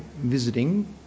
visiting